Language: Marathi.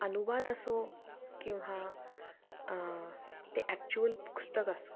अनुवाद असो किंवा ते ॲक्चुअल पुस्तक असो